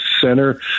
center